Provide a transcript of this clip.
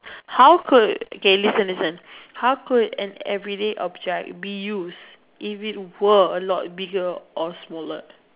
how could okay listen listen how could an everyday object be used if it were a lot bigger or smaller